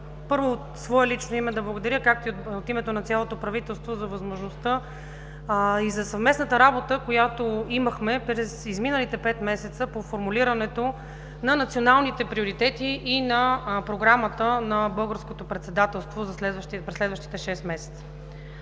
първо от свое лично име да благодаря, както и от името на цялото правителство, за възможността и за съвместната работа, която имахме през изминалите пет месеца по формулирането на националните приоритети и на Програмата на българското председателство през следващите шест месеца.